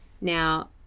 Now